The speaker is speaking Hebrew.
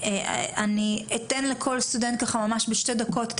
אני אתן לכל סטודנט ככה ממש בשתי דקות את